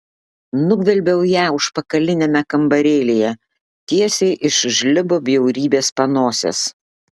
nugvelbiau ją užpakaliniame kambarėlyje tiesiai iš žlibo bjaurybės panosės